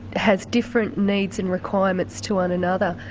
has different needs and requirements to one another,